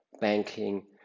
banking